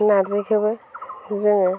नारजिखौबो जोङो